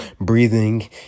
breathing